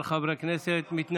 בעד, 16 חברי כנסת, מתנגדים,